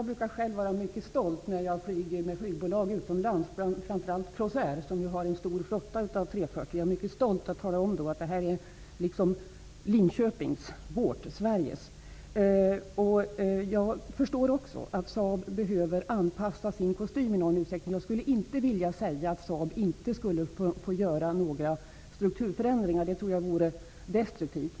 Fru talman! När jag flyger med utländska flygbolag -- framför allt Cross Air, som ju har en stor flotta av 340:or -- brukar jag vara mycket stolt över att kunna tala om att detta är Linköpings, vårt, Också jag förstår att Saab i någon utsträckning behöver anpassa sin kostym. Jag skulle inte vilja säga att Saab inte skulle få göra några strukturförändringar -- det tror jag vore destruktivt.